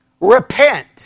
Repent